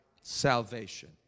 Salvation